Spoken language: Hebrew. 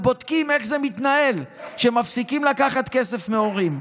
ואז בודקים איך זה מתנהל כשמפסיקים לקחת כסף מהורים.